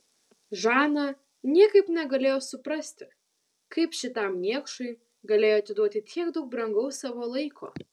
žana niekaip negalėjo suprasti kaip šitam niekšui galėjo atiduoti tiek daug brangaus savo laiko